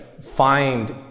find